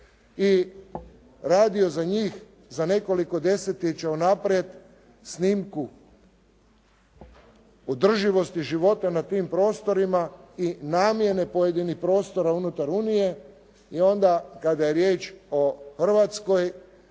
i radio za njih, za nekoliko desetljeća unaprijed snimku održivosti života na tim prostorima i namjene pojedinih prostora unutar Unije i onda kada je riječ o Hrvatskoj